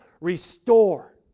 restore